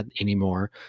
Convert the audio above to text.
anymore